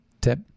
tip